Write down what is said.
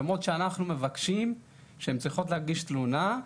למרות שאנחנו מבקשים מהן ואומרים להן שהן צריכות להגיש תלונה.